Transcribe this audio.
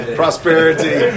prosperity